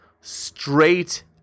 straight